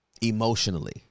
Emotionally